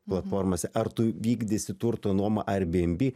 platformose ar tu vykdysi turto nuomą airbnb